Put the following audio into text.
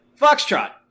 Foxtrot